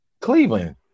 Cleveland